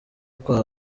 kwa